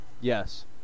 Yes